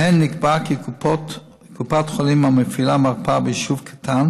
שבהן נקבע כי קופת חולים המפעילה מרפאה ביישוב קטן